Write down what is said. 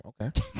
Okay